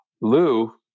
Lou